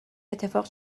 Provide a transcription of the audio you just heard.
اتفاق